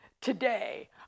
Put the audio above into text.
today